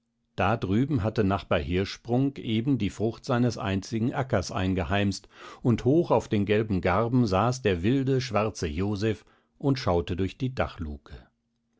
da drüben hatte nachbar hirschsprung eben die frucht seines einzigen ackers eingeheimst und hoch auf den gelben garben saß der wilde schwarze joseph und schaute durch die dachluke